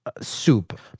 soup